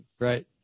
Right